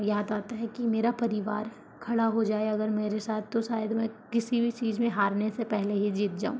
याद आता है कि मेरा परिवार खड़ा हो जाए अगर मेरे साथ तो शायद मैं किसी भी चीज़ में हारने से पहले ही जीत जाऊँ